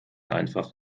einfach